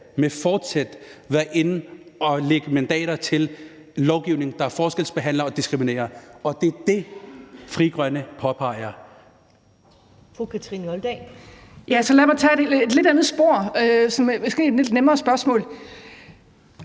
med forsæt været inde at lægge mandater til en lovgivning, der forskelsbehandler og diskriminerer. Det er det, Frie Grønne påpeger. Kl. 15:36 Første